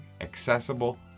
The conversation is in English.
accessible